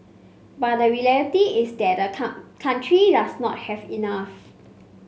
but the reality is that the country does not have enough